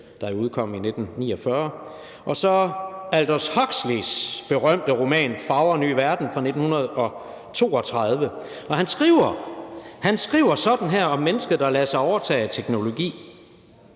der jo udkom i 1949, og så Aldous Huxleys berømte roman »Fagre nye verden« fra 1932. Han skriver sådan her om mennesker, der lader sig overtage af teknologi: